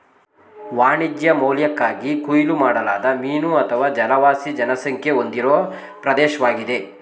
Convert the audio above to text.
ವಾಣಿಜ್ಯ ಮೌಲ್ಯಕ್ಕಾಗಿ ಕೊಯ್ಲು ಮಾಡಲಾದ ಮೀನು ಅಥವಾ ಜಲವಾಸಿ ಜನಸಂಖ್ಯೆ ಹೊಂದಿರೋ ಪ್ರದೇಶ್ವಾಗಿದೆ